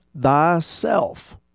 thyself